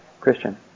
Christian